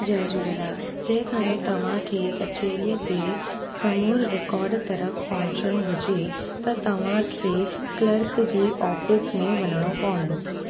जय झूलेलाल जेकॾहिं तव्हां खे कचहिरीअ जे समूरे रिकाड तरफ़ु पहुचणो हुजे त तव्हां खे क्लर्क जी ऑफिस में वञिणो पवंदो